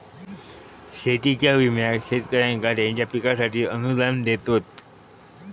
शेतीच्या विम्याक शेतकऱ्यांका त्यांच्या पिकांसाठी अनुदान देतत